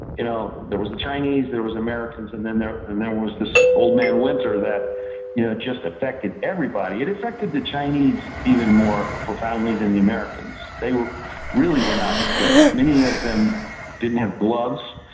you know there was the chinese, there was americans and there and there was this old man winter that you know just affected everybody. it affected the chinese even more profoundly than the americans. they really were not equipped. many of them didn't have gloves.